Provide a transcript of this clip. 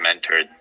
mentored